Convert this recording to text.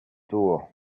tour